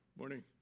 morning